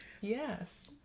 Yes